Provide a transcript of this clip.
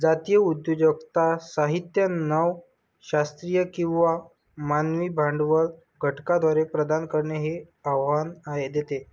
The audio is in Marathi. जातीय उद्योजकता साहित्य नव शास्त्रीय किंवा मानवी भांडवल घटकांद्वारे प्रदान करणे हे आव्हान देते